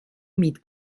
mit